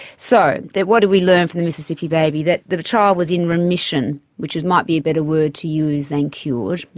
so what do we learn from the mississippi baby? that the the child was in remission, which might be a better word to use than cured,